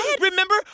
Remember